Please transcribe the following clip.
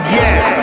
yes